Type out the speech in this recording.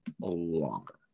longer